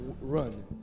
run